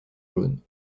jaune